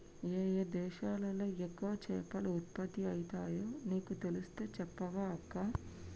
ఏయే దేశాలలో ఎక్కువ చేపలు ఉత్పత్తి అయితాయో నీకు తెలిస్తే చెప్పవ అక్కా